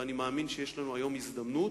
ואני מאמין שיש לנו היום הזדמנות,